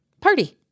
party